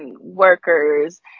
workers